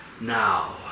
now